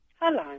hello